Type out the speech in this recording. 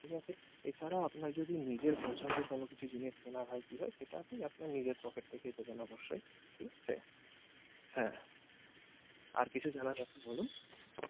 ঠিক আছে এছাড়াও আপনার যদি নিজের পছন্দের কোনো কিছু জিনিস কেনা হয় কি হয় সেটা আপনি আপনার নিজের পকেট থেকেই দেবেন অবশ্যই ঠিক আছে হ্যাঁ আর কিছু জানার আছে বলুন